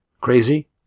crazy